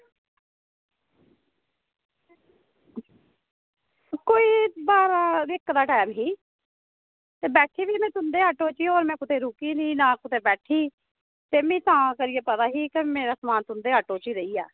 कोई बारां ते इक दा टैम ही ते बैठी दी ही में तुं'दे आटो च होर में कुतै रुकी निं नां कुसै बैठी ते मीं तां करियै पता ही कि मेरा समान आटो च रेही गेआ